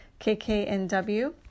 kknw